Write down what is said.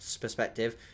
perspective